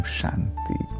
Shanti